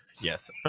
yes